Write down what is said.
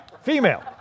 Female